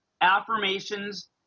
affirmations